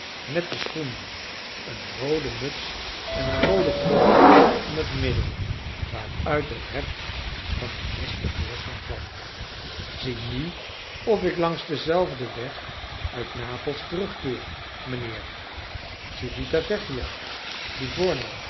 nette schoenen een roode muts en een rooden gordel om het middel waaruit het heft van een mes te voorschijn kwam zie nu of ik langs denzelfden weg uit napels terugkeer mijnheer i civita vecchia li